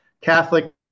Catholic